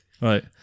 right